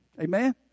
amen